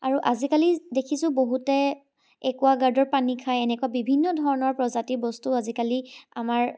আৰু আজিকালি দেখিছোঁ বহুতে একুৱাগাৰ্ডৰ পানী খায় এনেকুৱা বিভিন্ন ধৰণৰ প্ৰজাতিৰ বস্তু আজিকালি আমাৰ